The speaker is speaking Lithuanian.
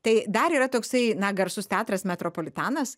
tai dar yra toksai na garsus teatras metropolitanas